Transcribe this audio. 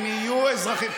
הם יהיו אזרחים,